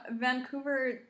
Vancouver